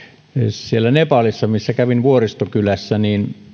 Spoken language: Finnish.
nepalissa kävin vuoristokylässä ja